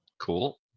Cool